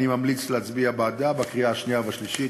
ואני ממליץ להצביע בעד הצעת החוק בקריאה שנייה ושלישית.